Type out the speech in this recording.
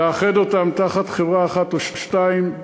לאחד אותן תחת חברה אחת או שתיים.